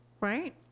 right